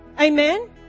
Amen